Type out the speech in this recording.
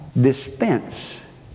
dispense